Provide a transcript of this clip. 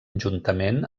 juntament